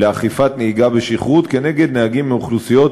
לאכיפת איסור נהיגה בשכרות כנגד נהגים מאוכלוסיות,